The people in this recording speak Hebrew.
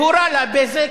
והורה ל"בזק"